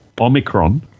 Omicron